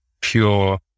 pure